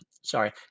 sorry